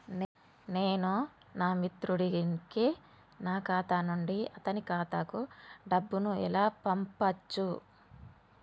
నేను నా మిత్రుడి కి నా ఖాతా నుండి అతని ఖాతా కు డబ్బు ను ఎలా పంపచ్చు?